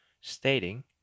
stating